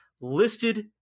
listed